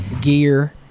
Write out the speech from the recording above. gear